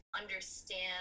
understand